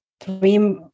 three